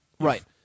Right